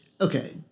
okay